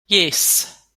yes